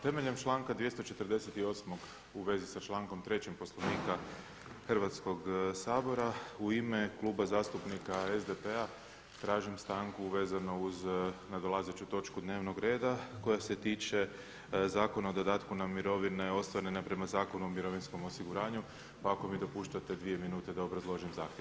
Temeljem članka 248. u vezi sa člankom 3. Poslovnika Hrvatskoga sabora u ime Kluba zastupnika SDP-a tražim stanku vezano uz nadolazeću točku dnevnog reda koja se tiče Zakona o dodatku na mirovine ostvarene prema Zakonu o mirovinskom osiguranju, pa ako mi dopuštate 2 min da obrazložim zahtjev.